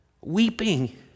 weeping